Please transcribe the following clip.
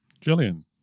Jillian